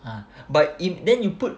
ah but then you put